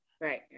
right